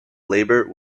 labour